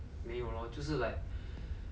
um